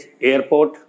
airport